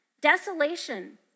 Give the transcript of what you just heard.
desolation